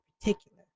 particular